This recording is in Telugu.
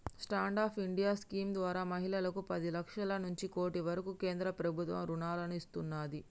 స్టాండ్ అప్ ఇండియా స్కీమ్ ద్వారా మహిళలకు పది లక్షల నుంచి కోటి వరకు కేంద్ర ప్రభుత్వం రుణాలను ఇస్తున్నాది